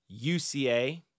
UCA